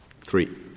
Three